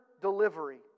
delivery